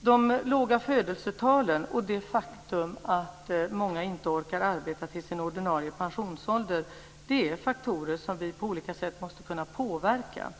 De låga födelsetalen och det faktum att många inte orkar arbeta fram till sin ordinarie pensionsålder är faktorer som vi på olika sätt måste kunna påverka.